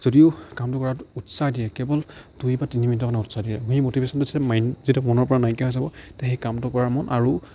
যদিও কামটো কৰাত উৎসাহ দিয়ে কেৱল দুই বা তিনি মিনিটৰ কাৰণে উৎসাহ দিয়ে সেই মটিভেশ্যনটো আচলতে মাইণ্ড যেতিয়া মনৰপৰা নাইকিয়া হৈ যাব তেতিয়া সেই কামটো কৰাৰ মন আৰু